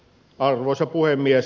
arvoisa puhemies